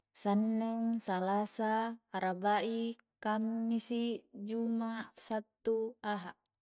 Sanneng, salasa, araba'i, kammisi', juma', sattu, aha'